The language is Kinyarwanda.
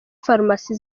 farumasi